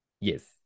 Yes